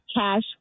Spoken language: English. cash